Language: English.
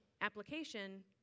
Application